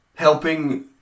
helping